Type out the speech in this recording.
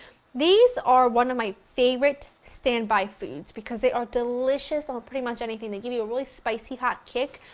these are one of my favorite standby foods because they are delicious on pretty much anything, and they give you a really spicy hot kick.